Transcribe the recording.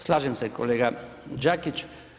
Slažem se kolega Đakić.